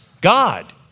God